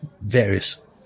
various